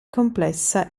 complessa